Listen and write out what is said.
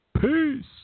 Peace